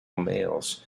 males